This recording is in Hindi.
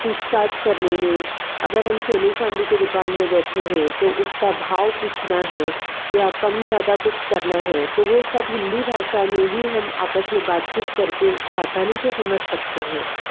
पूछ ताछ करने में अगर हम सोने चांदी की दुकान में बैठे हैं तो उसका भाव पूछना है या कम ज़्यादा कुछ करना है तो वो सब हिंदी भाषा में ही हम आपस में बात चीत करके उसको आसानी से समझ सकते हैं